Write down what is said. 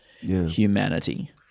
humanity